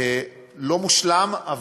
לא מושלם,